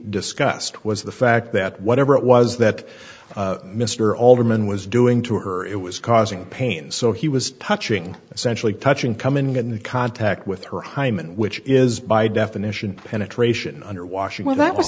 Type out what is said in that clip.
discussed was the fact that whatever it was that mr alderman was doing to earn it was causing pain so he was touching essentially touching coming into contact with her hymen which is by definition penetration under washing when that was